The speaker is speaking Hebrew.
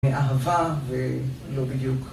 מאהבה, ולא בדיוק.